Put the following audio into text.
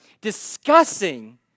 Discussing